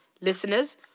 listeners